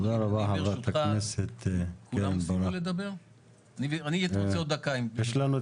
תודה רבה יואב קיש, אני נותן זכות דיבור